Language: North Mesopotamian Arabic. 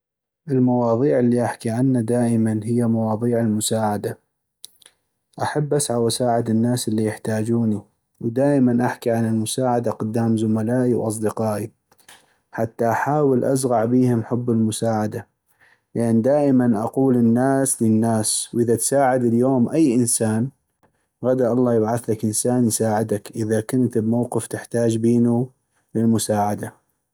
المواضيع الي احكي عنا دائماً هي مواضيع المساعدة ، احب أسعى واساعد الناس اللي يحتاجوني ، ودائماً احكي عن المساعدة قدام زملائي واصدقائي حتى احاول ازغع بيهم حب المساعدة ، لأن دائماً اقول الناس للناس ، واذا تساعد اليوم اي انسان غدا الله يبعثلك انسان يساعدك اذا كنت بموقف تحتاج بينو للمساعدة.